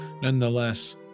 Nonetheless